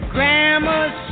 Grandma's